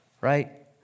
right